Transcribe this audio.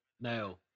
Now